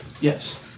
Yes